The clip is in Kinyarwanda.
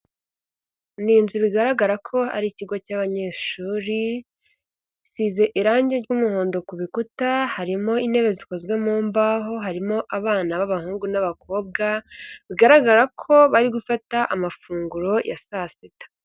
Ni inzu bigaragara ko ari ikigo cy'abanyeshuri isize irange ry'muhondo ku bikuta, harimo intebe zikozwe mu mbaho. harimo abana b'abahungu n'abakobwa bigaragara ko bari gufata amafunguro ya saa sita.